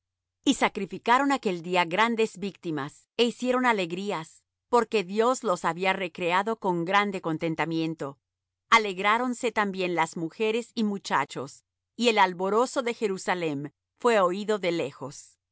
y sacrificaron aquel día grandes víctimas é hicieron alegrías porque dios los había recreado con grande contentamiento alegráronse también la mujeres y muchachos y el alborozo de jerusalem fué oído de lejos